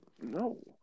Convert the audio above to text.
No